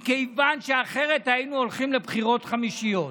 מכיוון שאחרת היינו הולכים לבחירות חמישיות.